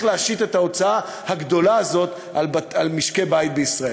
להשית את ההוצאה הגדולה הזאת על משקי בית בישראל.